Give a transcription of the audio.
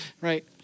right